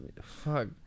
fuck